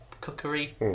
cookery